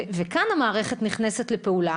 כאן המערכת נכנסת לפעולה,